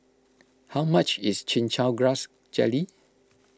how much is Chin Chow Grass Jelly